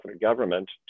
government